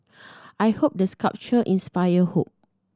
I hope the sculpture inspire hope